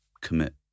commit